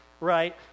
right